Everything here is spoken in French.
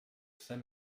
cinq